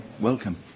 welcome